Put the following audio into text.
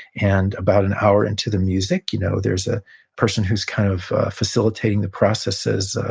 and about an hour into the music, you know, there's a person who's kind of facilitating the process, says,